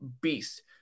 beast